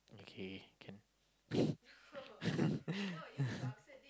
okay can